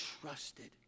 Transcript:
trusted